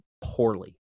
poorly